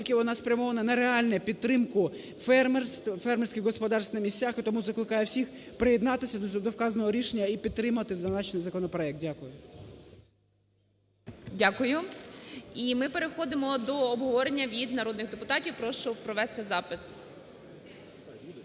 вона спрямована на реальну підтримку фермерських господарств на місцях. І тому закликаю всіх приєднатися до вказаного рішення і підтримати зазначений законопроект. Дякую. ГОЛОВУЮЧИЙ. Дякую. І ми переходимо до обговорення від народних депутатів. Прошу провести запис.